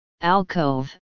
Alcove